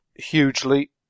hugely